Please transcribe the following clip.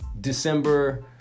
December